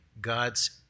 God's